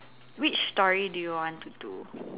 which story do you want to do